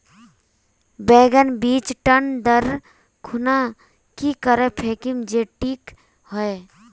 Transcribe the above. बैगन बीज टन दर खुना की करे फेकुम जे टिक हाई?